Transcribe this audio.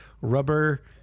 rubber